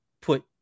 put